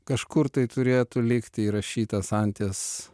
kažkur tai turėtų likti įrašytas anties